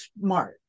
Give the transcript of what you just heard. smart